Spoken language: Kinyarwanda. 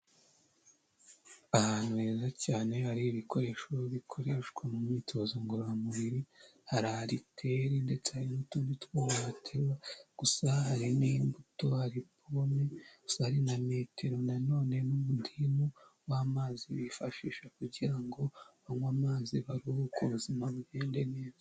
Ahantu heza cyane hari ibikoresho bikoreshwa mu myitozo ngororamubiri, hari ariteri ndetse n'utundi twuma baterura, gusa hari n'imbuto, hari pome, gusa hari na metero nanone n'umudimu w'amazi bifashisha kugira ngo banywe amazi baruhuke ubuzima bugende neza.